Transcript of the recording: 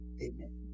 Amen